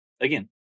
Again